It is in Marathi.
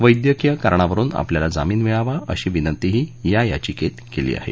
वैद्यकीय कारणावरुन आपल्याला जामिन मिळावा अशी विनंतीही या याचिकेत केली आहे